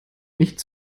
nicht